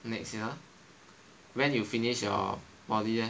next year when you finish your poly eh